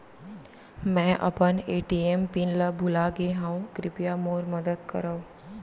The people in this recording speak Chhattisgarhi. मै अपन ए.टी.एम पिन ला भूलागे हव, कृपया मोर मदद करव